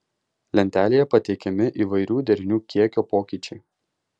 lentelėje pateikiami įvairių derinių kiekio pokyčiai